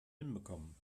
hinbekommen